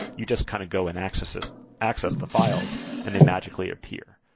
you just kind of go and access access the files and they magically appear.